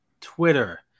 Twitter